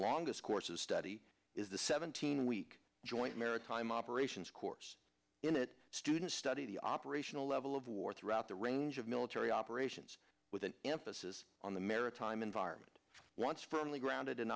longest course of study is the seventeen week joint maritime operations course in it students study the operational level of war throughout the range of military operations with an emphasis on the maritime environment once firmly grounded in